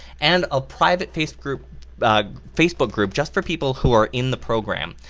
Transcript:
and a private facebook group facebook group just for people who are in the program,